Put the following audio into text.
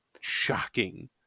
shocking